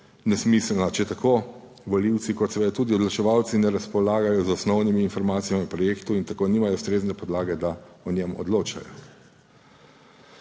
nesmiselna, če tako volivci kot seveda tudi odločevalci ne razpolagajo z osnovnimi informacijami o projektu in tako nimajo ustrezne podlage, da o njem odločajo.